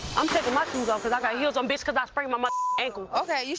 i'm taking my shoes off because i got heels on bitch because i sprained my motherf ankle. oh okay,